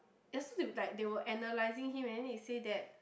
ya so they were like they were analysing him and then they say that